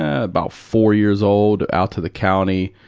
ah about four years old, out to the county,